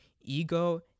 ego